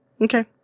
Okay